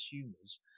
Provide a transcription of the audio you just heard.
consumers